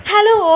Hello